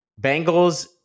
Bengals